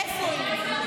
איפה היא?